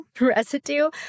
residue